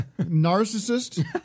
narcissist